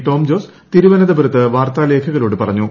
Tom Jose തിരുവനന്തപുരത്ത് വാർത്താലേഖകരോട് പറഞ്ഞു